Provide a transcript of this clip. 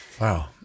Wow